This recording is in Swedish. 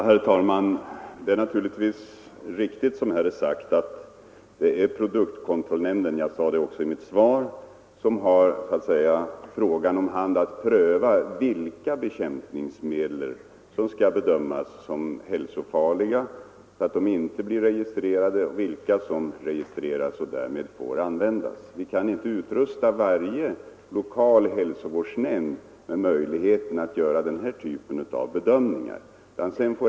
Herr talman! Det är naturligtvis riktigt, som här har sagts, att produktkontrollnämnden har att pröva vilka bekämpningsmedel som skall bedömas som hälsofarliga och därför inte bli registrerade och vilka som skall registreras och därmed få användas. Vi kan inte utrusta varje lokal hälsovårdsnämnd med befogenhet att göra den typen av bedömningar.